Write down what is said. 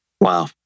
Wow